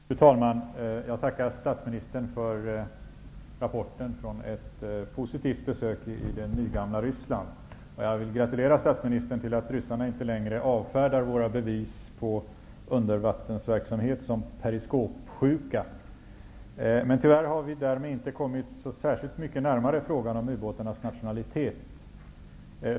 Fru talman! Jag tackar statsministern för rapporten från ett positivt besök i det nygamla Ryssland. Jag vill gratulera statsministern till att ryssarna inte längre avfärdar våra bevis på undervattensverksamhet som periskopsjuka. Men tyvärr har vi inte kommit särskilt mycket närmare frågan om ubåtarnas nationalitet.